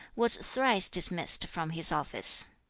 was thrice dismissed from his office.